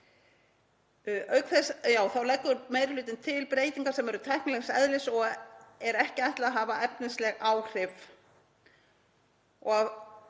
Auk þess leggur meiri hlutinn til breytingar sem eru tæknilegs eðlis og er ekki ætlað að hafa efnisleg áhrif. Að